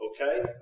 okay